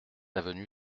avenue